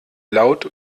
laut